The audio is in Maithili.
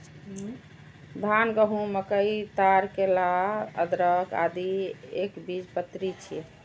धान, गहूम, मकई, ताड़, केला, अदरक, आदि एकबीजपत्री छियै